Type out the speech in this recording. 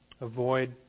Avoid